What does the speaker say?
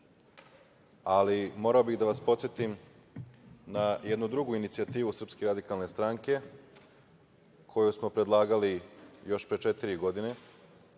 morao bih da vas podsetim na jednu drugu inicijativu Srpske radikalne stranke, koju smo predlagali još pre četiri godine,